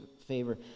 favor